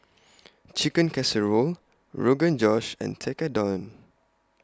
Chicken Casserole Rogan Josh and Tekkadon